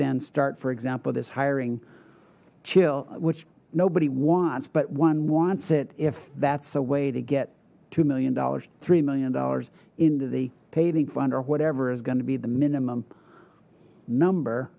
then start for example this hiring chill which nobody wants but one wants it if that's a way to get two million dollars three million dollars into the paving fund or whatever is going to be the minimum number